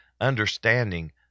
understanding